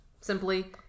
simply